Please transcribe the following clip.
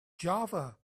java